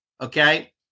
okay